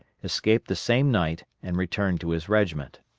escaped the same night and returned to his regiment.